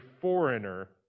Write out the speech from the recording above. foreigner